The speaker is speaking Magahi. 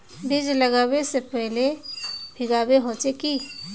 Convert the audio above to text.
बीज लागबे से पहले भींगावे होचे की?